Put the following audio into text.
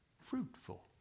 fruitful